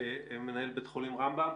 מנהל בית חולים רמב"ם.